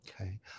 Okay